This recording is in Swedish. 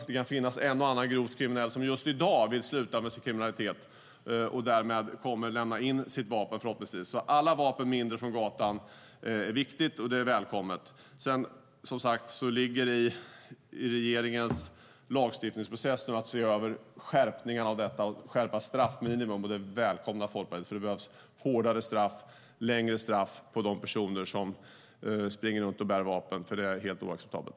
Det kan finnas en och annan grovt kriminell som just i dag vill sluta med sin kriminalitet och därmed förhoppningsvis kommer att lämna in sitt vapen. Färre vapen på gatan är viktigt och välkommet. Sedan ligger det som sagt i regeringens lagstiftningsprocess att se över skärpningen av detta och skärpa straffminimum. Folkpartiet välkomnar detta, för det behövs hårdare och längre straff för de personer som springer runt och bär vapen. Det är nämligen helt oacceptabelt.